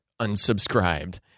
unsubscribed